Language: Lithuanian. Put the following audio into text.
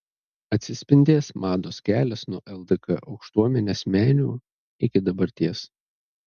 atsispindės mados kelias nuo ldk aukštuomenės menių iki dabarties